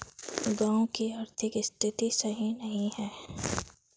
गाँव की आर्थिक स्थिति सही नहीं है?